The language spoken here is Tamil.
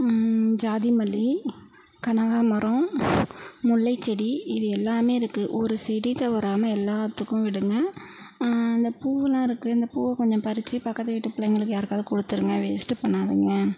ஜாதி மல்லி கனகாமரோம் முல்லை செடி இது எல்லாமே இருக்குது ஒரு செடி தவறாமல் எல்லாத்துக்கும் விடுங்க அந்த பூவெலாம் இருக்குது அந்த பூவை கொஞ்சோம் பறிச்சு பக்கத்துக்கு வீட்டு பிள்ளைங்களுக்கு யாருக்காவது கொடுத்துருங்க வேஸ்ட்டு பண்ணாதீங்க